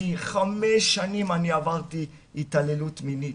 אני במשך חמש שנים עברתי התעללות מינית,